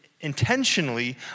intentionally